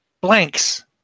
Blanks